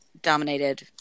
dominated